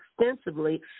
extensively